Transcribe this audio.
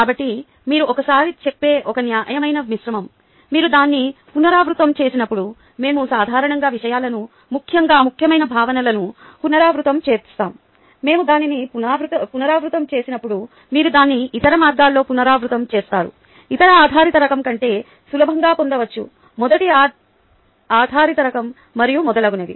కాబట్టి మీరు ఒక సారి చెప్పే ఒక న్యాయమైన మిశ్రమం మీరు దాన్ని పునరావృతం చేసినప్పుడు మేము సాధారణంగా విషయాలను ముఖ్యంగా ముఖ్యమైన భావనలను పునరావృతం చేస్తాము మేము దానిని పునరావృతం చేసినప్పుడు మీరు దాన్ని ఇతర మార్గాల్లో పునరావృతం చేస్తారు ఇతర ఆధారిత రకం కంటే సులభంగా పొందవచ్చు మొదటి ఆధారిత రకం మరియు మొదలగునవి